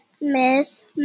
Miss